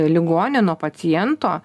ligonio nuo paciento